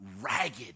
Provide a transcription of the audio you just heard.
ragged